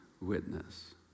witness